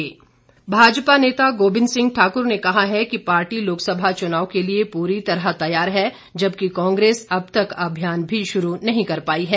भाजपा नेता भाजपा नेता गोविन्द सिंह ठाकुर ने कहा है कि पार्टी लोकसभा चुनाव के लिए पूरी तरह तैयार है जबकि कांग्रेस अब तक अभियान भी शुरू नहीं कर पाई है